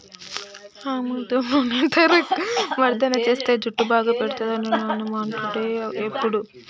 ఆముదం నూనె తలకు మర్దన చేస్తే జుట్టు బాగా పేరుతది అని నానమ్మ అంటుండే ఎప్పుడు